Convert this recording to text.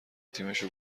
تیمشو